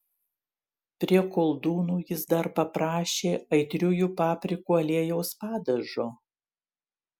prie koldūnų jis dar paprašė aitriųjų paprikų aliejaus padažo